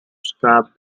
scrap